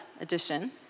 edition